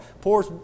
Pours